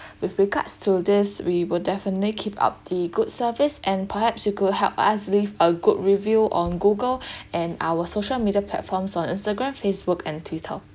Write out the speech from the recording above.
with regards to this we will definitely keep up the good service and perhaps you could help us leave a good review on google and our social media platforms on instagram facebook and twitter